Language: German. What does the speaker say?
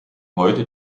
heute